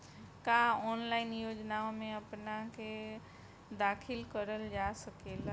का ऑनलाइन योजनाओ में अपना के दाखिल करल जा सकेला?